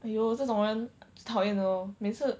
哎哟这种人最讨厌的 lor 每次